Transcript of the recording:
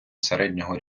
середнього